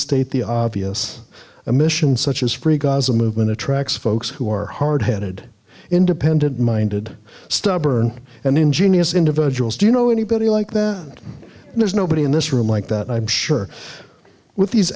state the obvious a mission such as free gaza movement attracts folks who are hard headed independent minded stubborn and ingenious individuals do you know anybody like that and there's nobody in this room like that i'm sure with these